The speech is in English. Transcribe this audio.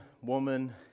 woman